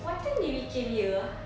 what time did we came here ah